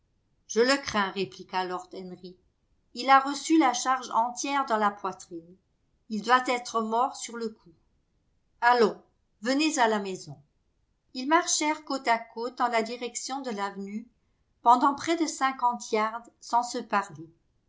je le crains répliqua lord henry il a reçu la charge entière dans la poitrine il doit être mort sur le coup allons venez à la maison ils marchèrent côte à côte dans la direction de l'avenue pendant près de cinquante yards sans se parler